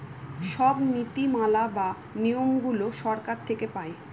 সব নীতি মালা বা নিয়মগুলো সরকার থেকে পায়